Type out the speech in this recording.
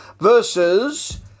versus